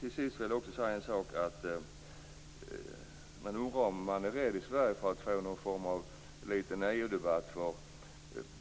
Frågan är om man inte i Sverige är litet rädd för att få en form av EU-debatt, för